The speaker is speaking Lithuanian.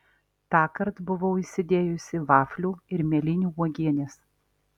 tąkart buvau įsidėjusi vaflių ir mėlynių uogienės